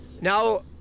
now